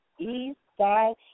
Eastside